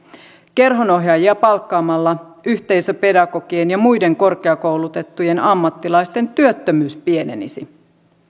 kerhonohjaajia palkkaamalla yhteisöpedagogien ja muiden korkeakoulutettujen ammattilaisten työttömyys pienenisi